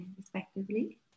respectively